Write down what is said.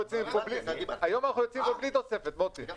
היתר